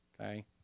Okay